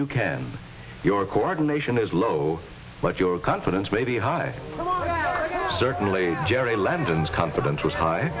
you can your coordination is low but your confidence may be high certainly jerry landon's confidence was high